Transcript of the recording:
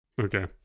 Okay